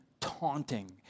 taunting